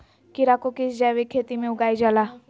खीरा को किस जैविक खेती में उगाई जाला?